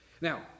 Now